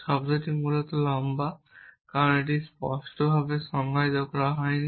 শব্দটি মূলত লম্বা কারণ এটি স্পষ্টভাবে সংজ্ঞায়িত করা হয়নি